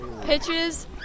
pitches